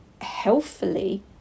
healthfully